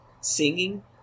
singing